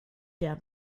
der